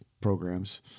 programs